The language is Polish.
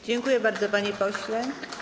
Dziękuję bardzo, panie pośle.